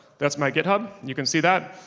that's my github, you can see that,